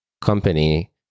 company